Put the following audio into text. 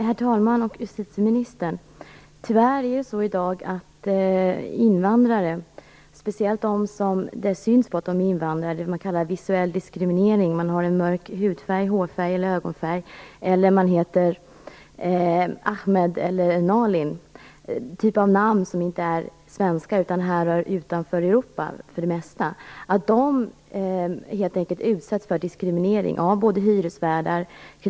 Herr talman! Justitieministern! Tyvärr utsätts invandrare i dag för diskriminering av hyresvärdar, kreditgivare, krögare, m.fl. Speciellt gäller detta dem som man kan se är invandrare, det man kallar visuell diskriminering. De har mörk hudfärg, hårfärg eller ögonfärg. De heter Achmed eller Nalin, vilket är en typ av namn som inte är svenska utan som för det mesta härrör från länder utanför Europa.